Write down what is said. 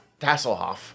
Tasselhoff